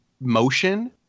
motion